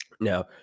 Now